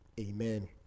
Amen